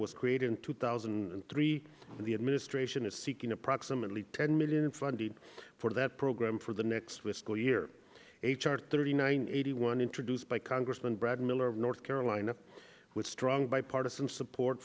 was created in two thousand and three and the administration is seeking approximately ten million funding for that program for the next with school year h r thirty nine eighty one introduced by congressman brad miller of north carolina with strong bipartisan support